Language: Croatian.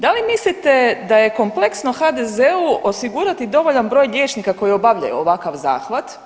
Da li mislite da je kompleksno HDZ-u osigurati dovoljan broj liječnika koji obavljaju ovakav zahvat?